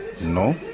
No